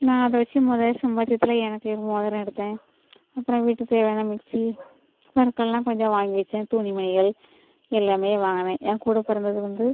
நான் அதை வெச்சு மொதல் சம்பாத்தியத்தில் எனக்கு ஒரு மோதிரம் எடுத்தேன் அப்புறோம் வீட்டுக்கு தேவையான மிக்சி பொருட்களெலாம் கொஞ்சம் வாங்கி வைச்சேன் துணி மணிகள் எல்லாமே வாங்கினேன் என் கூட பிறந்தது வந்து